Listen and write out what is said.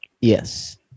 yes